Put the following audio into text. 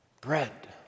Bread